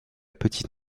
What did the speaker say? petite